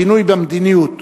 השינוי במדיניות,